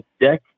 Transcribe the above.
deck